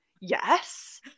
Yes